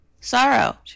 Sorrow